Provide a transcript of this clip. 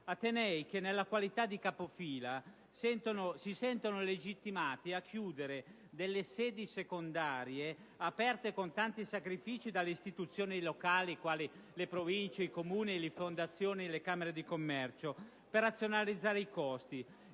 atenei che nella qualità di capofila si sentono legittimati a chiudere sedi secondarie aperte con tanti sacrifici dalle istituzioni locali, quali le Province, i Comuni, le fondazioni e le camere di commercio, per razionalizzare i costi.